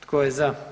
Tko je za?